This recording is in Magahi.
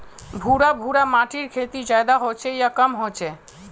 भुर भुरा माटिर खेती ज्यादा होचे या कम होचए?